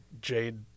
jade